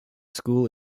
school